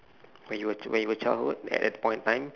when you were when you were childhood at that point in time